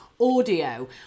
audio